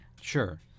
Sure